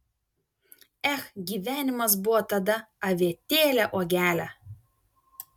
ech gyvenimas buvo tada avietėle uogele